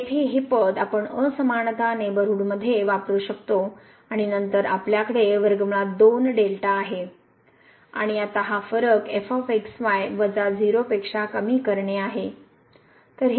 तर येथे हे पद आपण असमानता नेबरहूड मध्ये वापरू शकतो आणि नंतर आपल्याकडे आहे आणि आता हा फरक वजा 0 पेक्षा कमी करणे हे आहे